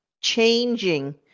changing